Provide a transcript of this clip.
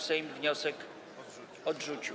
Sejm wniosek odrzucił.